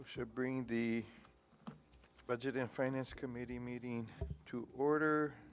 we should bring the budget in finance committee meeting to order